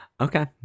Okay